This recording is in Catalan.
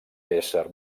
ésser